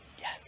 Yes